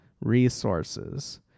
resources